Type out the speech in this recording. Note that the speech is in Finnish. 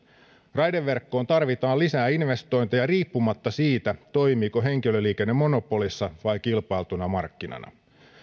raideverkkoon tarvitaan lisää investointeja riippumatta siitä toimiiko henkilöliikenne monopolissa vai kilpailtuna markkinana